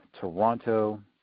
Toronto